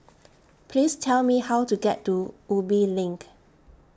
Please Tell Me How to get to Ubi LINK